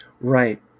Right